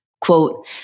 Quote